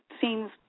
seems